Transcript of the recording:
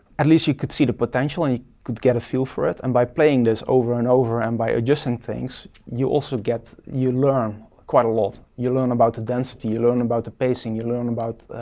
at least you could see the potential and you could get a feel for it. and by playing this over and over and by adjusting things, you also get, you learn quite a lot. you learn about the density, you learn about the pacing, you learn about